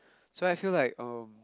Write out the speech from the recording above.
so I feel like um